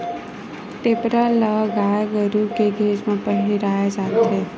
टेपरा ल गाय गरु के घेंच म पहिराय जाथे